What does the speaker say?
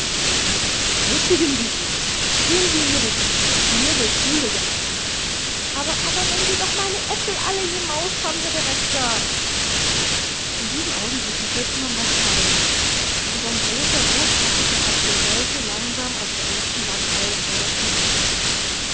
mäßigen sie sich gehen sie in ihre küche hier wird schule gehalten aber wenn se doch meine äppel alle gemaust ham herr derekter in diesem augenblicke hörte man was fallen und ein großer rotbackiger apfel rollte langsam aus der ersten bankreihe vor das katheder